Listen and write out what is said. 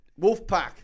Wolfpack